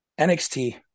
NXT